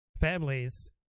families